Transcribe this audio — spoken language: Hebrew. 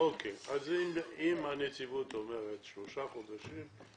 --- אם הנציבות אומרת "שלושה חודשים".